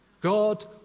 God